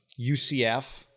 UCF